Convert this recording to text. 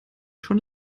schon